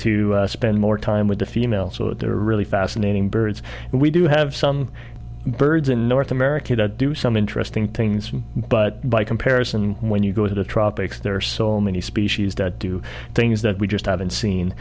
to spend more time with the female so they're really fascinating birds and we do have some birds in north america to do some interesting things but by comparison when you go to the tropics there are so many species that do things that we just haven't seen